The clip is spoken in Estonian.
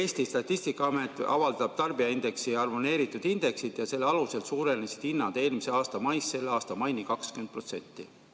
Eesti Statistikaamet avaldab tarbijahindade harmoneeritud indeksit, selle alusel suurenesid hinnad eelmise aasta maist selle aasta maini 20%.